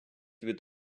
від